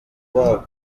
wabo